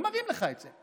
הם מראים לך את זה.